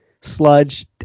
sludge